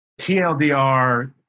TLDR